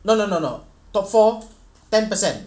no no no not top four ten percent